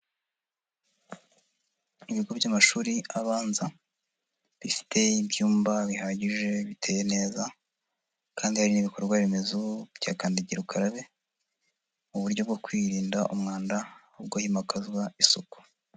Ibigo by'amashuri abanza bifite ibyumba bihagije biteye neza kandi hari n'ibikorwa remezo bya kandagira ukarabe mu buryo bwo kwirinda umwanda ahubwo himakazwa isuku.